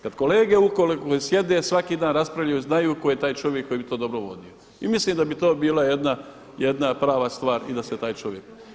Kad kolege koji sjede svaki dan raspravljaju znaju tko je taj čovjek koji bi to dobro vodio i mislim da bi to bila jedna prava stvar i da se taj čovjek.